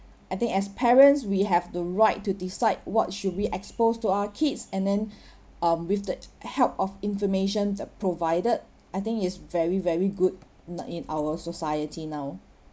I think as parents we have the right to decide what should we expose to our kids and then um with the help of information they provided I think it's very very good now in our society now